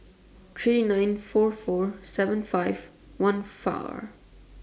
three nine four four seven five one